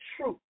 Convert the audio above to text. truth